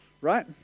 right